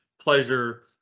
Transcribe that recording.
pleasure